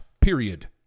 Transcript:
period